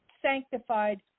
sanctified